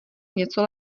něco